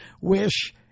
wish